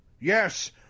yes